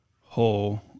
whole